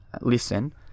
listen